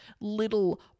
little